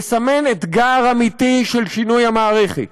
לסמן אתגר אמיתי של שינוי המערכת.